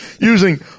using